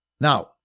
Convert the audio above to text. Now